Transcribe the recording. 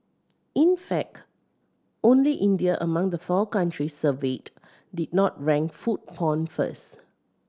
in fact only India among the four countries surveyed did not rank food porn first